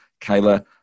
Kayla